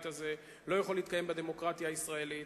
הזה ולא יכול להתקיים בדמוקרטיה הישראלית.